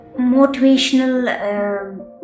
motivational